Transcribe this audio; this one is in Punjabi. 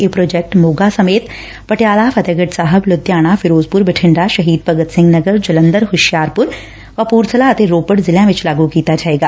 ਇਹ ਪ੍ਰੋਜੈਕਟ ਮੋਗਾ ਸਮੇਤ ਪਟਿਆਲਾ ਫਤਹਿਗਤ ਸਾਹਿਬ ਲੁਧਿਆਣਾ ਫਿਰੋਜ਼ਪੁਰ ਬਠਿੰਡਾ ਸਹੀਦ ਭਗਤ ਸਿੰਘ ਨਗਰ ਜਲੰਧਰ ਹੁਸ਼ਿਆਰਪੁਰ ਕਪੁਰਥਲਾ ਅਤੇ ਰੋਪੜ ਜਿਲ੍ਹਿਆਂ ਵਿੱਚ ਲਾਗੁ ਕੀਤਾ ਜਾਵੇਗਾ